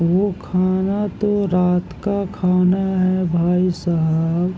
وہ کھانا تو رات کا کھانا ہے بھائی صاحب